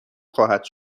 خواهد